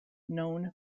known